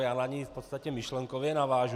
Já na něj v podstatě myšlenkově navážu.